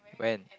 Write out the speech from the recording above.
when